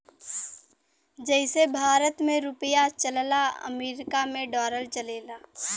जइसे भारत मे रुपिया चलला अमरीका मे डॉलर चलेला